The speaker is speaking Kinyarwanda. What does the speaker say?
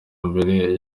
mbere